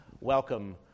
welcome